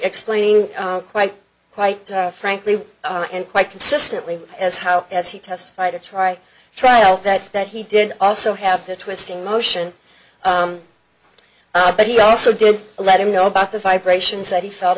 explaining quite quite frankly and quite consistently as how as he testified to try to trial that that he did also have the twisting motion but he also did let him know about the vibrations that he felt